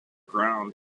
ground